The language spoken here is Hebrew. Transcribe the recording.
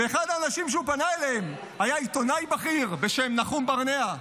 ואחד האנשים שהוא פנה אליהם היה עיתונאי בכיר בשם נחום ברנע.